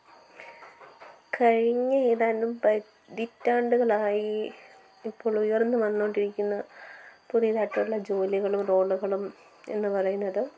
കഴിഞ്ഞ ഏതാനും പതിറ്റാണ്ടുകളായി ഇപ്പോൾ ഉയർന്നുവന്നുകൊണ്ടിരിക്കുന്ന പുതിയതായിട്ടുള്ള ജോലികളും റോളുകളും എന്ന് പറയുന്നത്